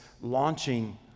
launching